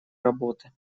работы